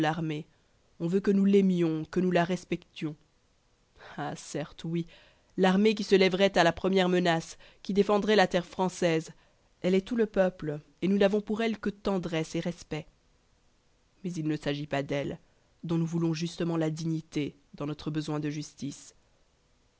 on veut que nous l'aimions la respections ah certes oui l'armée qui se lèverait à la première menace qui défendrait la terre française elle est tout le peuple et nous n'avons pour elle que tendresse et respect mais il ne s'agit pas d'elle dont nous voulons justement la dignité dans notre besoin de justice